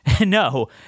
No